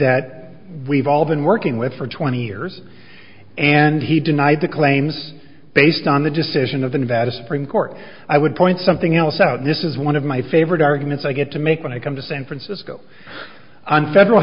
that we've all been working with for twenty years and he denied the claims based on the decision of the nevada supreme court i would point something else out this is one of my favorite arguments i get to make when i come to san francisco on federal